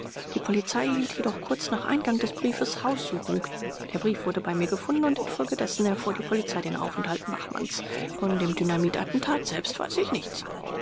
die polizei hielt jedoch kurz nach eingang des briefes haussuchung der brief wurde bei mir gefunden und infolgedessen erfuhr die polizei den aufenthalt bachmanns von dem dynamitattentat selbst weiß ich nichts